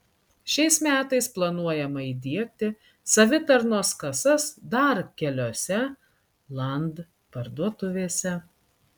šiais metais planuojama įdiegti savitarnos kasas dar keliose land parduotuvėse